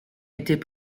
était